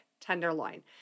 tenderloin